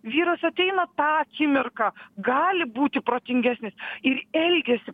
vyras ateina tą akimirką gali būti protingesnis ir elgiasi